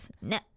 no